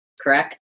correct